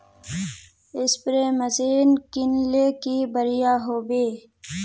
Spray machine किनले की बढ़िया होबवे?